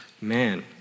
man